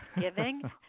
giving